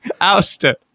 ousted